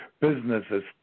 businesses